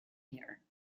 here